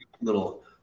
little